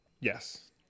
Yes